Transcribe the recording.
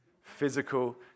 physical